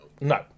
No